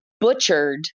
butchered